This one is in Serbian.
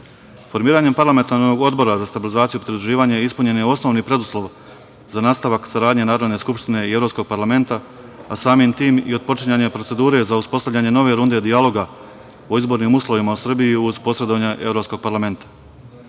Skupštine. Formiranjem Parlamentarnog odbora za stabilizaciju i pridruživanje ispunjen je osnovni preduslov za nastavak saradnje Narodne Skupštine i Evropskog parlamenta, a samim tim i otpočinjanje procedure za uspostavljanje nove runde dijaloga o izbornim uslovima u Srbiji uz posredovanje Evropskog